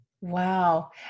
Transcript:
Wow